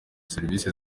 serivisi